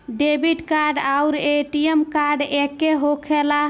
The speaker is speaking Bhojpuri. डेबिट कार्ड आउर ए.टी.एम कार्ड एके होखेला?